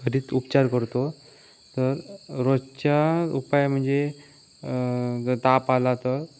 घरीच उपचार करतो तर रोजच्या उपाय म्हणजे जर ताप आला तर